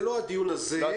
זה לא הדיון הזה.